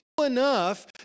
enough